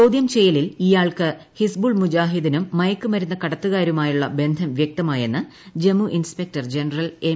ചോദ്യം ചെയ്യലിൽ ഇയാൾക്ക് ഹിസ്ബുൾ മുജാഹിദീനും മയക്കുമരുന്നു കടത്തുകാരുമായുള്ള ബന്ധം വ്യക്തമായെന്ന് ജമ്മു ഇൻസ്പെക്ടർ ജനറൽ എം